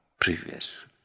previous